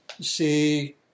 see